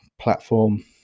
platform